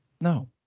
No